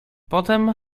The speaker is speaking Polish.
potem